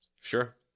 sure